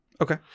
Okay